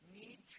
need